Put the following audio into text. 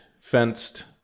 fenced